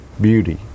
beauty